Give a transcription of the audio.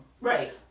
Right